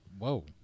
Whoa